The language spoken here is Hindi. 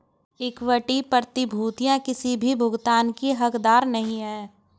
इक्विटी प्रतिभूतियां किसी भी भुगतान की हकदार नहीं हैं